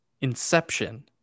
Inception